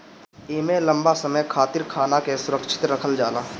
एमे लंबा समय खातिर खाना के सुरक्षित रखल जाला